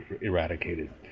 eradicated